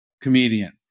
comedian